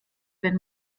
wenn